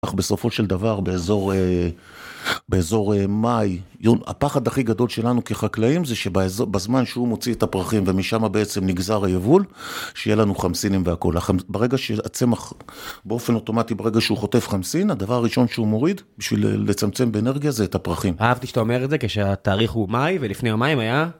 בסופו של דבר באזור מאי, הפחד הכי גדול שלנו כחקלאים זה שבזמן שהוא מוציא את הפרחים ומשם בעצם נגזר היבול שיהיה לנו חמסינים והכול. ברגע שהצמח באופן אוטומטי ברגע שהוא חוטף חמסין, הדבר הראשון שהוא מוריד בשביל לצמצם באנרגיה זה את הפרחים. אהבתי שאתה אומר את זה כשהתאריך הוא מאי ולפני יומיים היה.